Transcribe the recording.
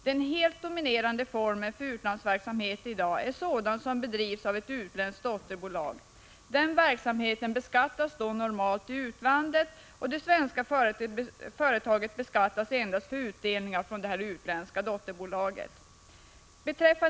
Den helt dominerande formen för utlandsverksamhet i dag är sådan som bedrivs av ett utländskt dotterbolag. Denna verksamhet beskattas då normalt i utlandet. Det svenska företaget beskattas endast för utdelningar från det utländska dotterbolaget.